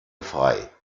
frei